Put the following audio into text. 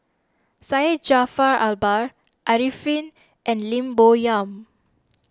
Syed Jaafar Albar Arifin and Lim Bo Yam